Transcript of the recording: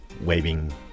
waving